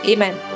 Amen